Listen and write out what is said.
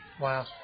Wow